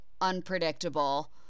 unpredictable –